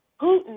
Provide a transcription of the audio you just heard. Putin